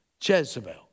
Jezebel